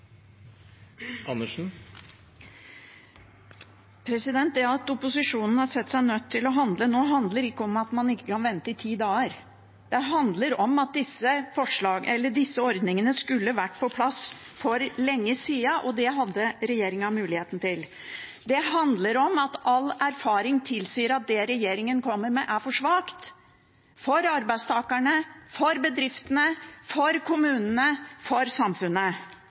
Det at opposisjonen har sett seg nødt til å handle nå, handler ikke om at man ikke kan vente i ti dager. Det handler om at disse ordningene skulle vært på plass for lenge siden. Det hadde regjeringen mulighet til. Det handler om at all erfaring tilsier at det regjeringen kommer med, er for svakt – for arbeidstakerne, for bedriftene, for kommunene, for samfunnet.